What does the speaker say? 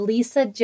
Lisa